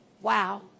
Wow